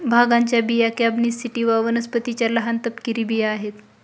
भांगाच्या बिया cannabis sativa वनस्पतीच्या लहान, तपकिरी बिया आहेत